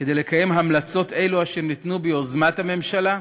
כדי לקיים המלצות אלו, אשר ניתנו ביוזמת הממשלה,